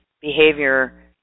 behavior